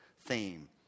theme